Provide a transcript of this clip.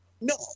no